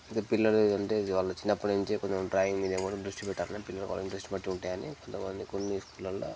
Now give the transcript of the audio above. పిల్లలు అంటే వాళ్ళ చిన్నప్పటి నుంచి కొంచెం డ్రాయింగ్ మీద దృష్టి పెట్టాలని పిల్లలు వాళ్ళ ఇంటరస్ట్ బట్టి ఉంటాయి అని పిల్లవాళ్ళని కొన్ని స్కూళ్ళలో